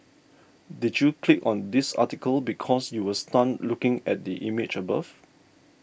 did you click on this article because you were stunned looking at the image above